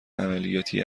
عملیاتی